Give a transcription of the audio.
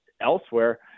elsewhere